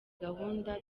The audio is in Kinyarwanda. gahunda